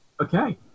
Okay